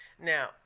now